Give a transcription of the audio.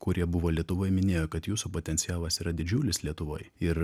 kurie buvo lietuvoj minėjo kad jūsų potencialas yra didžiulis lietuvoj ir